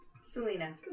Selena